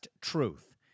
truth